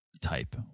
type